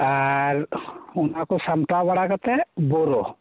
ᱟᱨ ᱚᱱᱟ ᱠᱚ ᱥᱟᱢᱴᱟᱣ ᱵᱟᱲᱟ ᱠᱟᱛᱮᱫ ᱵᱚᱨᱚ